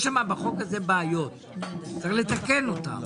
יש בחוק הזה בעיות וצריך לתקן אותן.